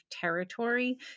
territory